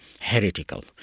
heretical